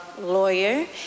lawyer